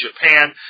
Japan